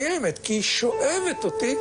במצוקה נפשית גוברת בעקבות אי ודאות,